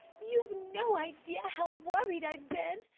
you've no idea how worried i've been,